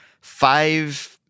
five